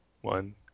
one